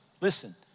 Listen